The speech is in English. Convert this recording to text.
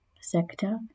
sector